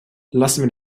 lassen